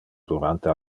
durante